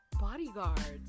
bodyguards